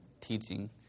teaching